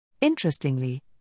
Interestingly